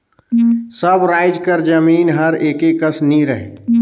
सब राएज कर जमीन हर एके कस नी रहें